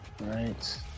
right